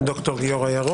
הישיבה היום,